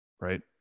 right